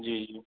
जी जी